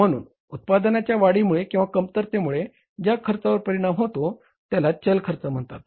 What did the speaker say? म्हणून उत्पादनाच्या वाढीमुळे किंवा कमतरतेमुळे ज्या खर्चांवर परिणाम होतो त्याला चल खर्च म्हणतात